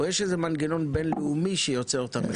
או שיש איזשהו מנגנון בינלאומי שיוצר את המחיר הזה?